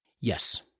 Yes